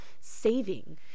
saving